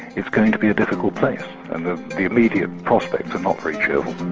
it's going to be a difficult place, and the the immediate prospects are not very cheerful.